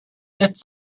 its